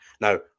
Now